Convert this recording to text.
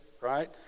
right